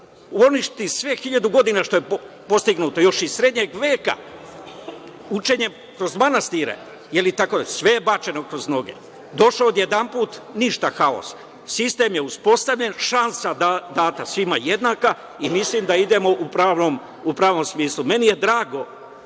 sve što je hiljadu godina postojalo, još iz srednjeg veka, učenje kroz manastire. Sve je bačeno kroz noge. Došao odjednom, ništa, haos. Sistem je uspostavljen, šansa data svima jednaka i mislim da idemo u pravom smeru. Drago